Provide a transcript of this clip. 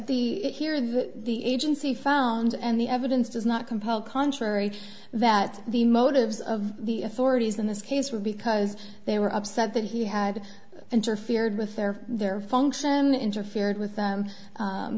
of the agency found and the evidence does not compel contrary that the motives of the authorities in this case were because they were upset that he had interfered with their their function interfered with